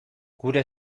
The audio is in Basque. gure